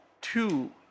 two